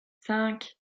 cinq